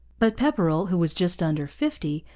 but pepperrell, who was just under fifty,